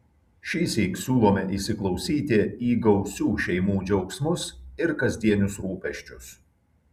šįsyk siūlome įsiklausyti į gausių šeimų džiaugsmus ir kasdienius rūpesčius